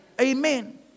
Amen